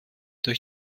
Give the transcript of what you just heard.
durch